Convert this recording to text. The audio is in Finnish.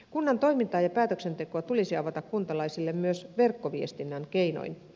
kunnan toimintaa ja päätöksentekoa tulisi avata kuntalaisille myös verkkoviestinnän keinoin